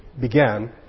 began